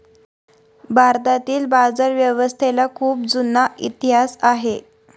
भारतातील बाजारव्यवस्थेला खूप जुना इतिहास आहे